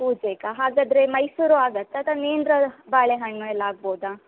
ಪೂಜೆಗಾ ಹಾಗಾದರೆ ಮೈಸೂರು ಆಗುತ್ತಾ ಅಥವಾ ನೇಂದ್ರ ಬಾಳೆಹಣ್ಣು ಎಲ್ಲ ಆಗ್ಬೋದಾ